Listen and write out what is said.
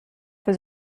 für